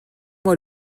moi